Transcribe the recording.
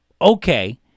okay